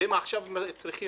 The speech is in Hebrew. והם עכשיו צריכים